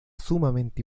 sumamente